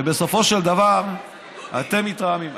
ובסופו של דבר אתם מתרעמים.